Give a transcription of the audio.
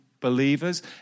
believers